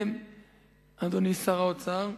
אדוני שר האוצר,